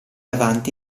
avanti